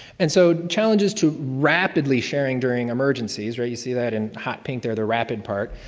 and so, challenges to rapidly sharing during emergencies, right, you see that in hot pink there, the rapid part.